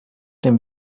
dem